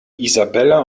isabella